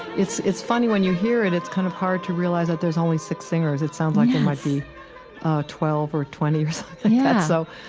it's it's funny when you hear it. it's kind of hard to realize that there's only six singers. it sounds like there might be twelve or twenty or so yeah so